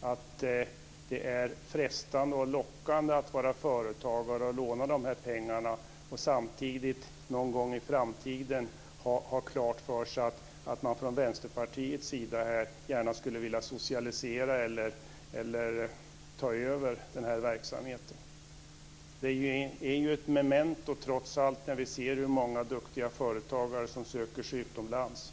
att det är frestande och lockande att vara företagare och låna dessa pengar och samtidigt någon gång i framtiden få klart för sig att man från Vänsterpartiets sida gärna skulle vilja socialisera eller ta över den här verksamheten? Det är ju ett memento trots allt när vi ser hur många duktiga företagare som söker sig utomlands.